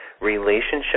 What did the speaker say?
Relationship